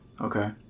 Okay